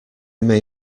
may